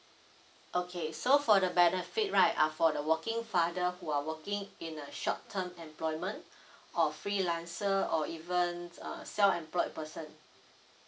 okay so for the benefit right uh for the working father who are working in a short term employment or freelancer or even uh self employed person